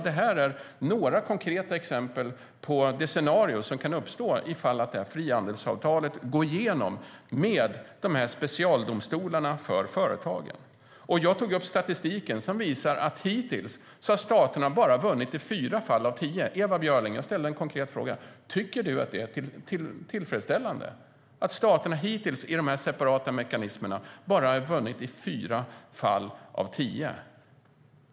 Det är några konkreta exempel på det scenario som kan uppstå ifall frihandelsavtalet går igenom med specialdomstolar för företagen. Jag tog upp statistiken som visar att staterna hittills bara har vunnit i fyra fall av tio. Ewa Björling! Jag ställde en konkret fråga: Tycker du att det är tillfredsställande att staterna hittills i de här separata mekanismerna bara har vunnit i fyra fall av tio?